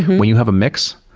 when you have a mix,